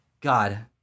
God